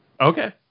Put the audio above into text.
Okay